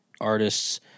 artists